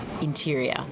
interior